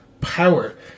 power